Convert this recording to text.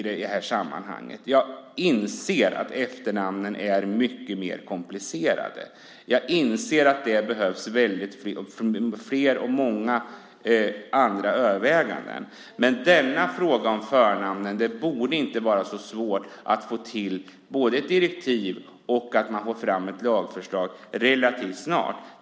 Jag inser att frågan om efternamnen är mycket komplicerad, och jag inser att det behövs många andra överväganden. Men frågan om förnamnen borde inte vara så svår att få till relativt snart, både direktiv och lagförslag.